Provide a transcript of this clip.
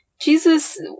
Jesus